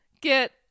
get